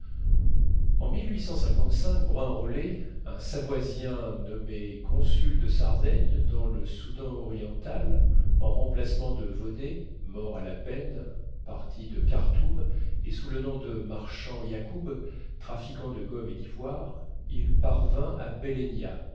en brun rollet un savoisien nommé consul de sardaigne dans le soudan oriental en remplacement de vaudey mort à la peine partit de karthoum et sous le nom de marchand yacoub trafiquant de gomme et d'ivoire il parvint à